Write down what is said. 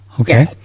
Okay